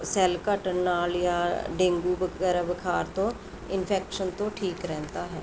cell ਘੱਟਣ ਨਾਲ ਜਾਂ ਡੇਂਗੂ ਵਗੈਰਾ ਬੁਖ਼ਾਰ ਤੋਂ ਇਨਫੈਕਸ਼ਨ ਤੋਂ ਠੀਕ ਰਹਿੰਦਾ ਹੈ